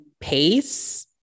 pace